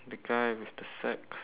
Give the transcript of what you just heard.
the guy with the sack